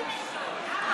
למה?